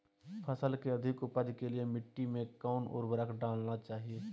फसल के अधिक उपज के लिए मिट्टी मे कौन उर्वरक डलना चाइए?